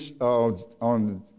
on